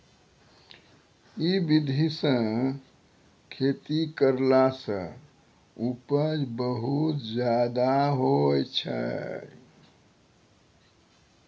है विधि सॅ खेती करला सॅ उपज बहुत ज्यादा होय छै